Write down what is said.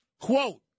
Quote